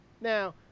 Now